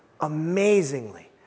Amazingly